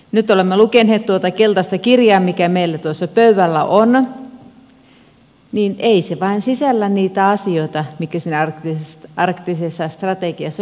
nyt kun olemme lukeneet tuota keltaista kirjaa mikä meillä tuossa pöydällä on niin ei se vain sisällä niitä asioita mitkä siinä arktisessa strategiassa oli mainittu